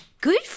Good